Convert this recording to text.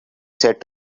said